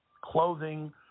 clothing